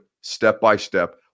step-by-step